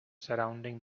surrounding